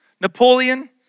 Napoleon